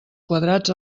quadrats